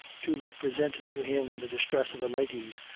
to represent to him the distress of the ladies,